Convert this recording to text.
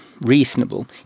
reasonable